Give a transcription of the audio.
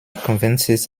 convinces